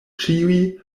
ĉiuj